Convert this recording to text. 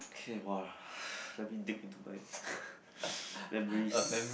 okay !wah! let me dig in to my memories